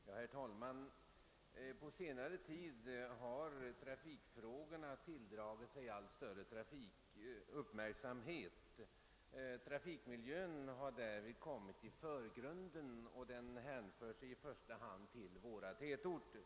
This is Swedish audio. Herr talman! På senare tid har tra fikfrågorna tilldragit sig allt större uppmärksamhet. Trafikmiljön har därvid kommit i förgrunden — det gäller i första hand våra tätorter.